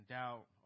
doubt